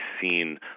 seen